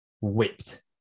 whipped